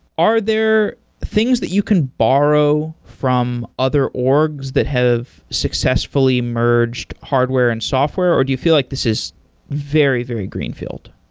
are there things that you can borrow from other orgs that have successfully merged hardware and software, or do you feel like this is very, very greenfield?